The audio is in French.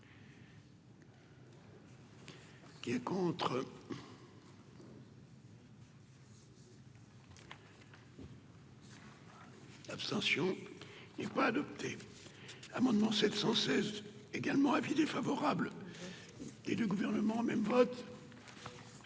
Qui est contre. L'abstention est pas adopté, amendement 716 également avis défavorable et le gouvernement même faute.